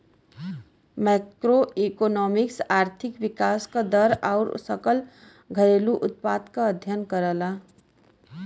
macroeconomics आर्थिक विकास क दर आउर सकल घरेलू उत्पाद क अध्ययन करला